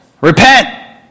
repent